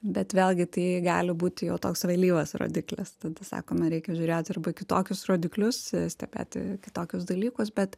bet vėlgi tai gali būti jau toks vėlyvas rodiklis tada sakome reikia žiūrėt arba kitokius rodiklius stebėti kitokius dalykus bet